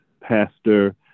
pastor